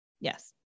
Yes